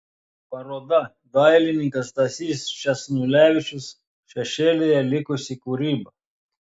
paroda dailininkas stasys sčesnulevičius šešėlyje likusi kūryba